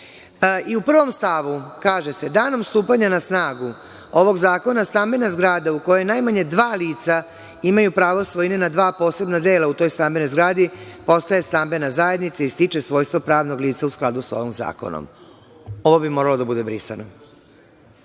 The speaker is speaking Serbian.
prvom stavu se kaže – danom stupanja na snagu ovog zakona stambena zgrada u kojoj najmanje dva lica imaju pravo svojine na dva posebna dela u toj stambenoj zgradi postaje stambena zajednica i stiče svojstvo pravnog lica u skladu sa ovim zakonom. Ovo bi moralo biti brisano.